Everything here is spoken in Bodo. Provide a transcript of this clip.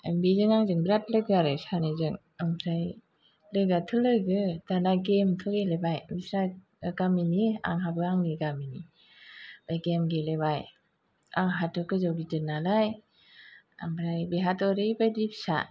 बेजों आंजों बेराथ' लोगो आरो सानैजों ओमफ्राय लोगोयाथ' लोगो दाना गेमथ' गेलेबाय बिस्रा गामिनि आंहाबो आंनि गामिनि ओह गेम गेलेबाय आंहाथ' गोजौ गिदिर नालाय ओमफ्राय बेहाथ' ओरैबायदि फिसा